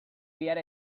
behar